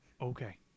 Okay